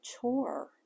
chore